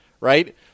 right